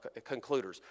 concluders